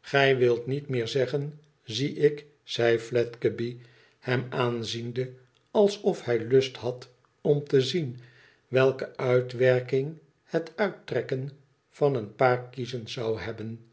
gij wilt niet meer zeggen zie ik zei fledgeby hem aanziende alsof hij lust had om te zien welke uitwerking het uittrekken van een paar kiezen zou hebben